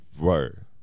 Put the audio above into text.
Word